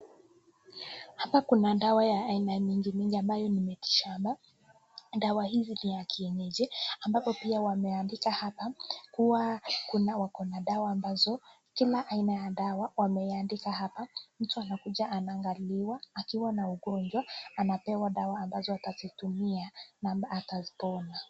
Hapa kuna dawa ya aina mingi mingi ambayo ni mti shamba. Dawa hizi ni ya kienyeji, ambapo pia wameandika hapa, kuwa wako na dawa, ambazo, kila aina ya dawa, ameandika hapa, mtu anakuja anaangaliwa akiwa na ugonjwa anapewa dawa ambazo atazitumia na atapona.